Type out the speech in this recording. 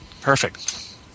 Perfect